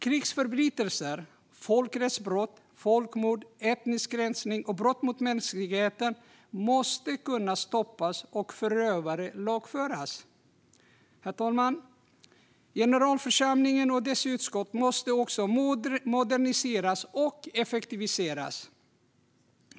Krigsförbrytelser, folkrättsbrott, folkmord, etnisk rensning och brott mot mänskligheten måste kunna stoppas och förövare lagföras. Herr talman! Generalförsamlingen och dess utskott måste också moderniseras och effektiviseras.